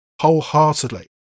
wholeheartedly